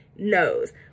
knows